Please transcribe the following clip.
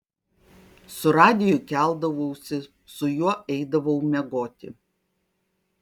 su radiju keldavausi su juo eidavau miegoti